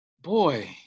Boy